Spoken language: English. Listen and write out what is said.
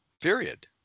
Period